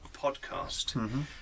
podcast